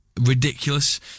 ridiculous